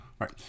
Right